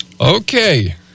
Okay